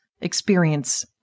experience